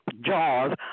jaws